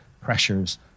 pressures